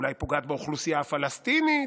אולי פוגעת באוכלוסייה הפלסטינית,